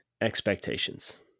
expectations